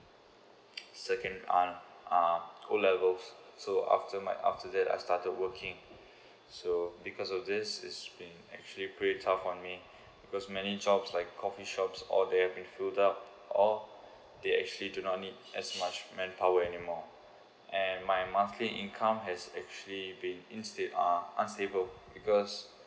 second uh uh O level so after my after that I started working so because of this is been um actually pretty tough on me because many jobs like coffee shops all there has been filled up or they actually do not need that much manpower anymore and my monthly income has actually been instead uh unstable because